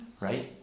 right